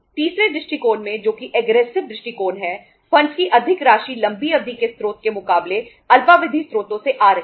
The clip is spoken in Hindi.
टैक्स अल्प विधि स्रोतों से आ रहे हैं